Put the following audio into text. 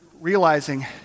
realizing